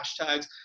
hashtags